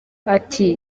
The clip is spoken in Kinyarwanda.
ati